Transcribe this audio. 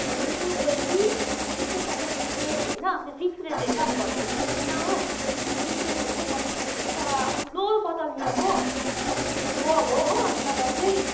अनि यसो गएँ कि एक सय पचास रुपियाँ भन्यो होइन त्यो फिक्स रेट रहेछ अब घटाउनु मिल्दैन हो अन्त फिक्स रेट एक सय पचास रुपियाँ रहेछ तर ठुलो बोतल पनि अब मजाको अब हो अन्त मैले चाहिँ